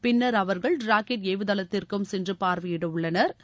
பின்னா் அவா்கள் ராக்கெட் ஏவுதளத்திற்கும் சென்று பார்வையிட உள்ளனா்